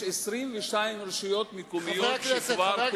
יש 22 רשויות מקומיות שכבר פוזרו,